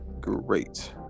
great